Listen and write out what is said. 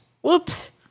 Whoops